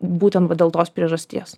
būtent dėl tos priežasties